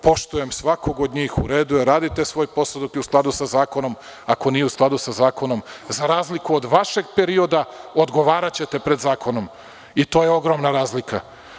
Poštujem svakoga od njih, u redu je, radite svoj posao dok je u skladu sa zakonom, a ako nije u skladu sa zakonom, za razliku od vašeg perioda, odgovaraćete pred zakonom i to je ogromna razlika.